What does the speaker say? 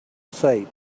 satan